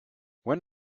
when